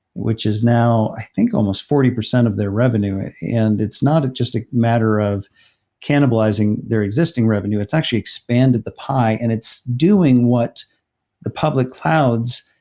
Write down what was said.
which is now i think almost forty percent of their revenue and it's not just a matter of cannibalizing their existing revenue. it's actually expanded the pie and it's doing what the public clouds,